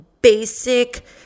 basic